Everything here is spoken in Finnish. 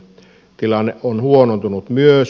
tilanne on huonontunut myös